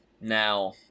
now